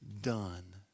done